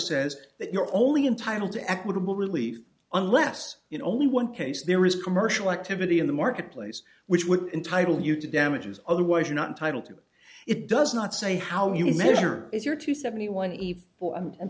says that you're only entitle to equitable relief unless you know only one case there is commercial activity in the marketplace which would entitle you to damages otherwise you're not entitle to it does not say how you measure is your to seventy one e